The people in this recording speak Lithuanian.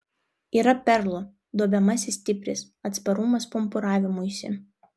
yra perlų duobiamasis stipris atsparumas pumpuravimuisi